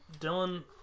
Dylan